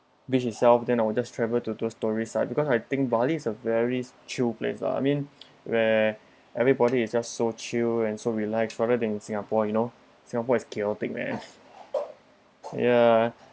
beach itself then I will just travel to those tourist side because I think bali's a very chill place lah I mean where everybody is just so chill and so relax rather then in singapore you know singapore is chaotic man ya